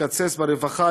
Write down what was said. לקצץ ברווחה,